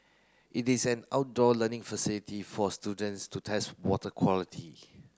it is an outdoor learning facility for students to test water quality